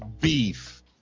beef